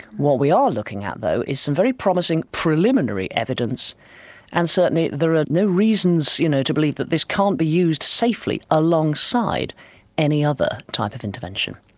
what we are looking at though is some very promising preliminary evidence and certainly there are no reasons, you know, to believe that this can't be used safely alongside any other type of intervention.